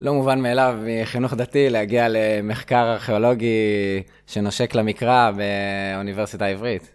לא מובן מאליו מחינוך דתי להגיע למחקר ארכיאולוגי שנושק למקרא באוניברסיטה העברית.